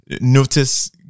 notice